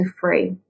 free